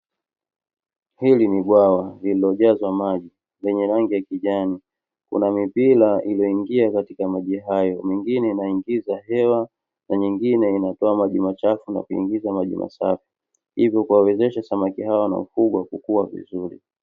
Hili ni bwawa lililojazwa maji lenye rangi ya kijani, kuna mipira iliyoingia katika maji hayo mingine inaingiza hewa na nyingine inatoa maji machafu na kuingiza maji masafi, hivyo kuwawezesha samaki hawa wanaofugwa kukua vizuri.